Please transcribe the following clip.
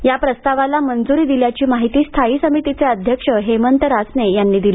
या प्रस्तावाला मंजूरी दिल्याची माहिती स्थायी समितीचे अध्यक्ष हेमंत रासने यांनी दिली